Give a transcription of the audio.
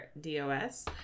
dos